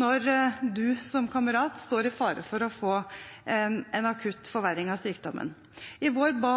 når en kamerat står i fare for å få en akutt forverring av sykdommen. I vår ba